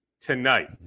tonight